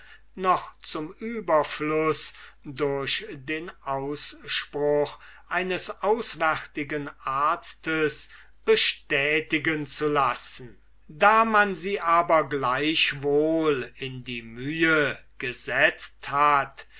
noch zum überfluß durch den ausspruch eines auswärtigen arztes bestätigen zu lassen da man sie aber gleich wohl in die mühe gesetzt hat